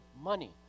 money